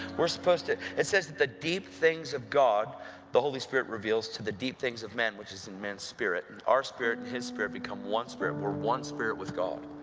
we're supposed to it says that the deep things of god the holy spirit reveals to the deep things of man, which are in man's spirit. and our spirit and his spirit become one spirit. we're one spirit with god.